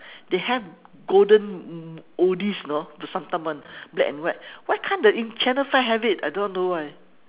they have golden oldies you know Vasantham one black and white why can't the channel five have it I don't know why